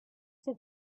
have